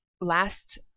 last